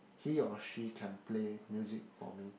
he or she can play music for me